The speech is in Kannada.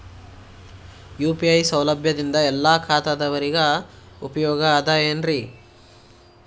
ಯು.ಪಿ.ಐ ಸೌಲಭ್ಯದಿಂದ ಎಲ್ಲಾ ಖಾತಾದಾವರಿಗ ಉಪಯೋಗ ಅದ ಏನ್ರಿ?